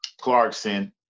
Clarkson